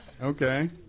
Okay